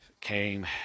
came